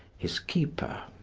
his keeper.